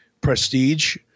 prestige